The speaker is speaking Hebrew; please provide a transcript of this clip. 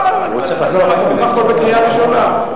לא, אנחנו בסך הכול בקריאה ראשונה.